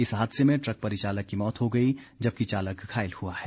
इस हादसे में ट्रक परिचालक की मौत हो गई जबकि चालक घायल हुआ है